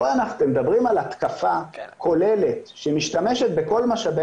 פה אתם מדברים על התקפה כוללת שמשתמשת בכל משאבי